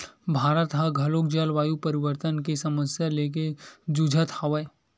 भारत ह घलोक जलवायु परिवर्तन के समस्या लेके जुझत हवय